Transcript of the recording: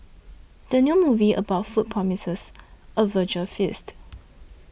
the new movie about food promises a visual feast